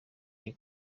iyo